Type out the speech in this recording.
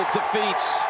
defeats